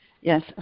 Yes